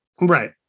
right